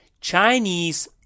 Chinese